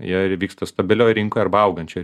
jie ir vyksta stabilioj rinkoj arba augančioj